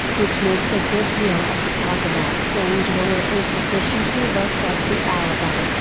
which makes a good deal of the talk about glandular insufficiency look like the alibi,